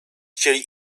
chcieli